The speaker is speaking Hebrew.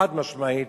חד-משמעית,